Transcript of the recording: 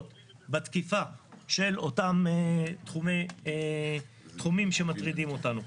בתקיפה של אותם תחומים שמטרידים אותנו.